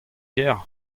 gêr